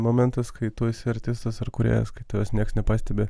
momentas kai tu esi artistas ar kūrėjas kai tavęs niekas nepastebi